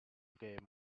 game